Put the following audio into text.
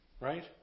right